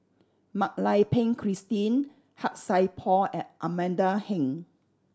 Mak Lai Peng Christine Han Sai Por and Amanda Heng